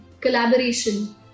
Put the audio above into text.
collaboration